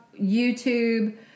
YouTube